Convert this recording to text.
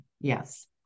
yes